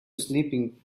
sleeping